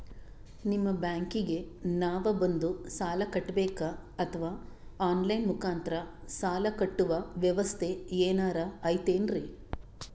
ನಿಮ್ಮ ಬ್ಯಾಂಕಿಗೆ ನಾವ ಬಂದು ಸಾಲ ಕಟ್ಟಬೇಕಾ ಅಥವಾ ಆನ್ ಲೈನ್ ಮುಖಾಂತರ ಸಾಲ ಕಟ್ಟುವ ವ್ಯೆವಸ್ಥೆ ಏನಾರ ಐತೇನ್ರಿ?